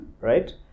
right